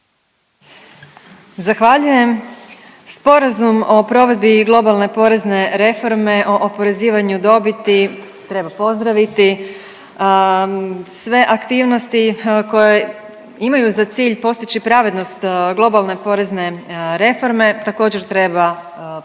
Zahvaljujem. Sporazum o provedbi globalne porezne reforme o oporezivanju dobiti treba pozdraviti. Sve aktivnosti koje imaju za cilj postići pravednost globalne porezne reforme također treba pozdraviti